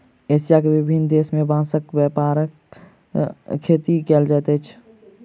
Asia के विभिन्न देश में बांसक व्यापक खेती कयल जाइत अछि